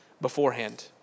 beforehand